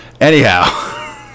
Anyhow